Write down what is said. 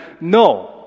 No